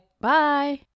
Bye